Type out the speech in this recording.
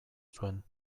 zuen